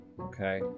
okay